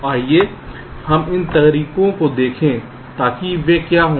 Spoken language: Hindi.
तो आइए हम इन तरीकों को देखें ताकि वे क्या हों